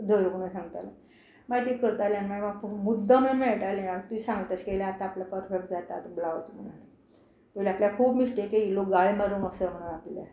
धर म्हण सांगतालें मागीर तें करतालें आनी मागीर म्हाका मुद्दम येवन मेळटालें आं तूंय सांगलें तशें येयलें आतां आपल्याक परफॅक्ट जाता आतां ब्लावज म्हणून पयलीं आपल्याक खूब मिस्टेक येयल्यो गाळी मारूंक असो म्हणून आपल्याक